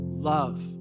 Love